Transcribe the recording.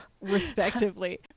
respectively